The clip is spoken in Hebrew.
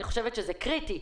אני חושבת שזה קריטי.